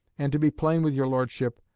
and, to be plain with your lordship,